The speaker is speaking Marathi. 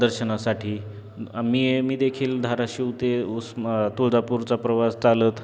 दर्शनासाठी मी मीदेखील धाराशीव ते ऊस्मा तुळजापुरचा प्रवास चालत